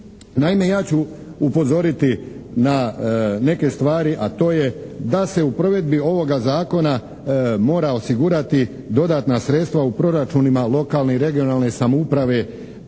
Naime ja ću upozoriti na neke stvari a to je da se u provedbi ovoga Zakona mora osigurati dodatna sredstva u proračunima lokalne i regionalne samouprave